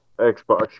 Xbox